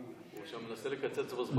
אני מנסה לקצץ בלוח הזמנים.